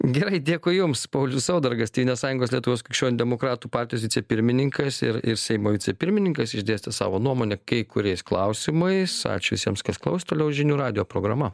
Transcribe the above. gerai dėkui jums paulius saudargas tėvynės sąjungos lietuvos krikščionių demokratų partijos vicepirmininkas ir ir seimo vicepirmininkas išdėstė savo nuomonę kai kuriais klausimais ačiū visiems kas klausė toliau žinių radijo programa